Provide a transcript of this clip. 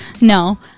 no